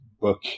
book